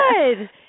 Good